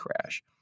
crash